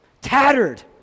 Tattered